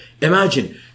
Imagine